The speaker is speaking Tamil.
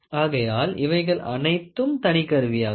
ஆகையால் இவைகள் அனைத்தும் தனி கருவியாகும்